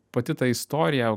pati ta istorija